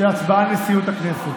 של הצבעה על נשיאות הכנסת,